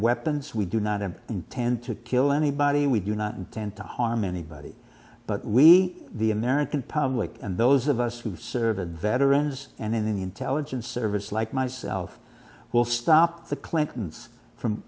weapons we do not intend to kill anybody we do not intend to harm anybody but we the american public and those of us who serve the veterans and in the intelligence service like myself will stop the clintons from